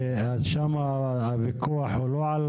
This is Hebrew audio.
שם הוויכוח הוא לא על